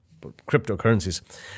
cryptocurrencies